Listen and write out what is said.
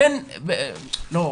לא,